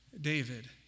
David